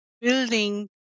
building